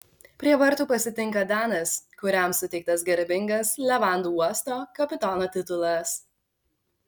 prie vartų pasitinka danas kuriam suteiktas garbingas levandų uosto kapitono titulas